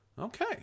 okay